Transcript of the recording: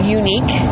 unique